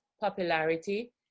popularity